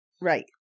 Right